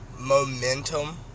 momentum